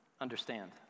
understand